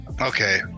Okay